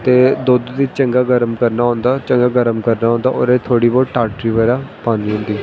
ते दुद्ध गी चंगी गर्म करना होंदा चंगा गर्म करना होंदा ओह्दे च थोह्ड़ी बोह्त टाटरी बगैरा पानी होंदी